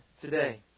today